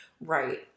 Right